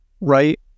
right